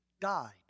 died